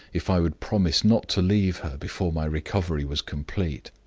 if i would promise not to leave her before my recovery was complete.